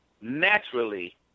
naturally